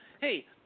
hey